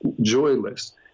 joyless